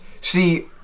see